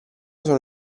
sono